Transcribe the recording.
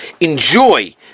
enjoy